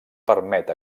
permet